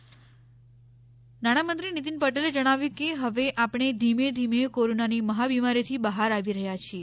અંદાજપત્રની જોગવાઇઓ નાણામંત્રી નીતિન પટેલે જણાવ્યું કે હવે આપણે ધીમે ધીમે કોરોનાની મહાબિમારીથી બહાર આવી રહ્યા છીએ